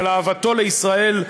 על אהבתו לישראל,